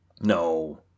No